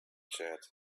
jet